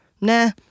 Nah